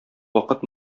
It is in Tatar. вакыт